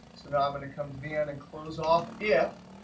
so now i'm going to come to the end and close off if.